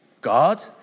God